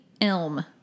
Elm